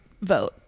vote